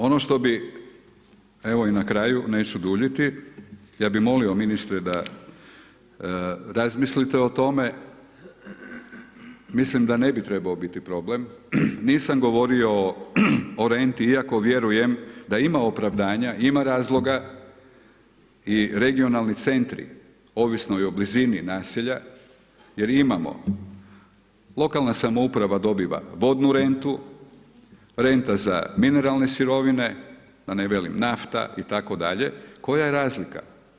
Ono što bi evo i na kraju, neću duljiti, ja bi molio ministre da razmislite o tome, mislim da ne bi trebao biti problem nisam govorio o renti iako vjerujem da ima opravdanja ima razloga i regionalni centri ovisno i o blizini naselja jer imamo lokalna samouprava dobiva vodnu rentu, renta za mineralne sirovine, da ne velim nafta itd. koja je razlika.